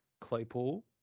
Claypool